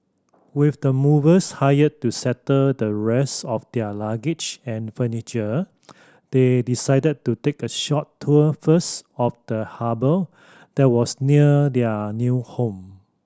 with the movers hired to settle the rest of their luggage and furniture they decided to take a short tour first of the harbour that was near their new home